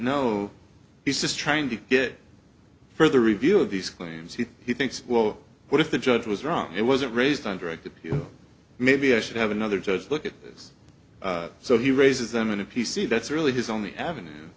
know he says trying to get further review of these claims he he thinks well what if the judge was wrong it wasn't raised on direct appeal maybe i should have another judge look at this so he raises them in a p c that's really his only avenue